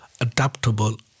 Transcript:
adaptable